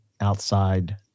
outside